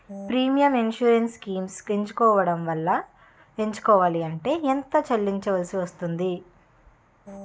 Premium insurance schemes ఎంచుకోవలంటే ఎంత చల్లించాల్సివస్తుంది??